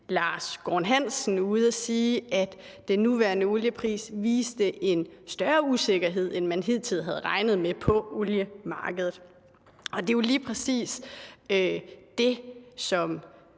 Lars Gårn Hansen ude og sige, at den nuværende oliepris viste en større usikkerhed, end man hidtil havde regnet med, på oliemarkedet. Det er lige præcis det, som